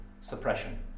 suppression